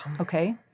Okay